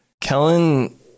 Kellen